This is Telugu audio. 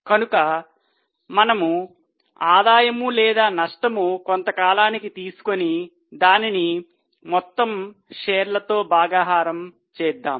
కనుక మనము ఆదాయము లేదా నష్టము కొంతకాలానికి తీసుకొని దానిని మొత్తము షేర్ల తో భాగాహారం చేద్దాం